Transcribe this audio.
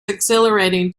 exhilarating